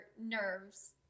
nerves